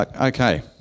Okay